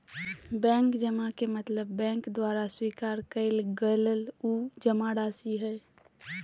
मांग जमा के मतलब बैंक द्वारा स्वीकार कइल गल उ जमाराशि हइ